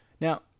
Now